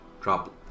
Drop